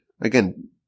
again